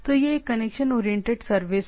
तो यह एक कनेक्शन ओरिएंटेड सर्विस है